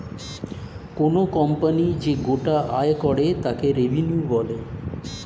কোনো কোম্পানি যে গোটা আয় করে তাকে রেভিনিউ বলে